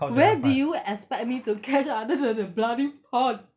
where do you expect me to catch other than the bloody pond